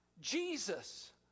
Jesus